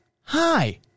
hi